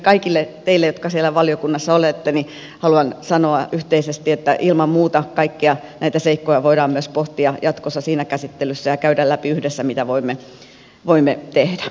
kaikille teille jotka siellä valiokunnassa olette haluan sanoa yhteisesti että ilman muuta kaikkia näitä seikkoja voidaan pohtia myös jatkossa siinä käsittelyssä ja käydä läpi yhdessä mitä voimme tehdä